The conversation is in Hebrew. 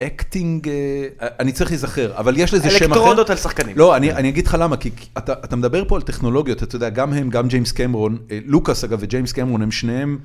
Acting, אני צריך להיזכר, אבל יש לזה שם אחר. אלקטרודות על שחקנים. לא, אני אגיד לך למה, כי אתה מדבר פה על טכנולוגיות, אתה יודע, גם הם, גם ג'יימס קמרון, לוקאס אגב וג'יימס קמרון הם שניהם.